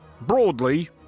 broadly